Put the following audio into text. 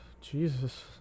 Jesus